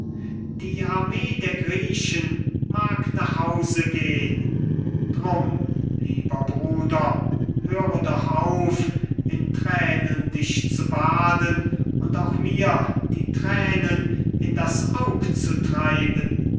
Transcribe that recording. die armee der griechen mag nach hause gehn drum lieber bruder höre doch auf in thränen dich zu baden und auch mir die thränen in das aug zu treiben